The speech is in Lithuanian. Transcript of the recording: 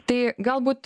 tai galbūt